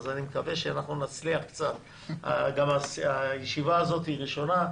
אז אני מקווה שנצליח קצת - הישיבה הזאת ישיבה ראשונה,